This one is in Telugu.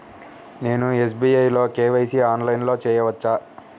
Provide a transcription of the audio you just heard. నేను ఎస్.బీ.ఐ లో కే.వై.సి ఆన్లైన్లో చేయవచ్చా?